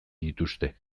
dituzte